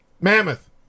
mammoth